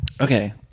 Okay